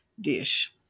dish